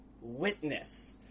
witness